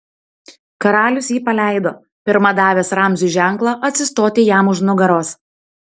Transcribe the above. karalius jį paleido pirma davęs ramziui ženklą atsistoti jam už nugaros